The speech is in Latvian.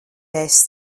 ēst